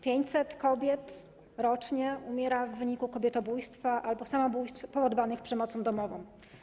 500 kobiet rocznie umiera w wyniku kobietobójstwa albo samobójstw powodowanych przemocą domową.